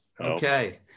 Okay